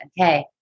okay